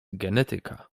genetyka